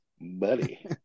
Buddy